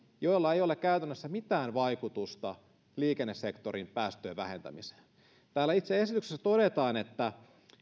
joilla ei ole käytännössä mitään vaikutusta liikennesektorin päästöjen vähentämiseen täällä itse esityksessä todetaan että